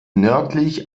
nördlich